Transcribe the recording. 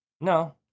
No